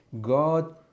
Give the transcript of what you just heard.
god